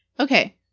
Okay